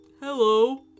hello